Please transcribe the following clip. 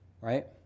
right